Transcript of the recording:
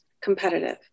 competitive